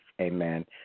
Amen